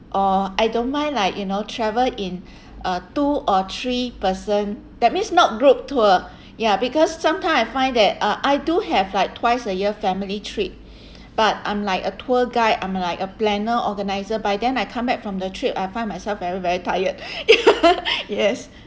or I don't mind like you know travel in uh two or three person that means not group tour ya because sometime I find that ah I do have like twice a year family trip but I'm like a tour guide I'm like a planner organizer by then I come back from the trip I find myself very very tired ya yes